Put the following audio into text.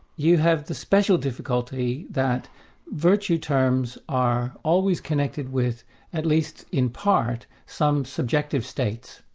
you have the special difficulty that virtue terms are always connected with at least in part, some subjective states,